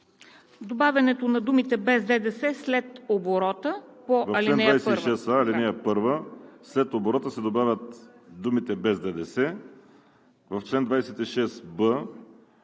Добавянето на думите „без ДДС“ след оборота по ал. 1.